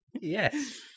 Yes